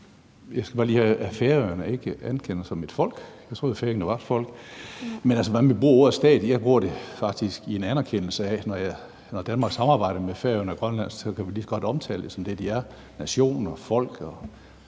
Jeg skal bare lige høre: Er færingerne ikke anerkendt som et folk? Jeg troede, at færingerne var et folk. Man vil bruge ordet stat. Jeg bruger det faktisk i en anerkendelse af, at når Danmark samarbejder med Færøerne og Grønland, kan vi lige så godt omtale dem som det, de er, nemlig nationer, folk, og